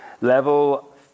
Level